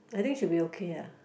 I think should be okay ah